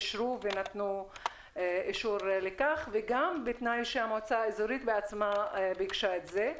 אישרו ונתנו אישור לכך וגם בתנאי שהמועצה האזורית בעצמה ביקשה את זה.